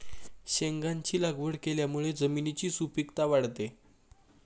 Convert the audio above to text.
शेंगांची लागवड केल्यामुळे जमिनीची सुपीकता वाढते